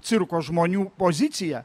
cirko žmonių poziciją